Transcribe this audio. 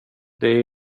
det